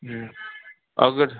हम्म अघु